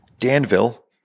Danville